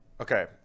Okay